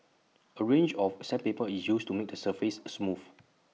A range of sandpaper is used to make the surface smooth